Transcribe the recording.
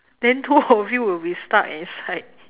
then two of you will be stuck inside